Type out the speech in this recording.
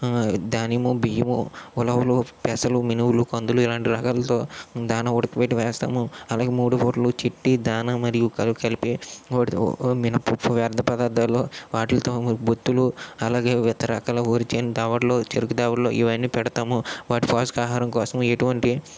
దాన్యము బియ్యము ఉలవలు పెసలు మినువులు కందులు ఇలాంటి రకాలతో దాన ఉడకబెట్టి వేస్తాము అలాగే మూడు పూట్ల చెట్టి దాన మరి కలిపి వాటితో మినపప్పు వ్యర్థ పదార్థాలు వాటిల్తో ఒత్తులు అలాగే వివిధ రకాల వరిచేను దవడలు చెరుకు దవడలు ఇవన్నిపెడతాము వాటి పోషక ఆహారం కోసం ఎటువంటి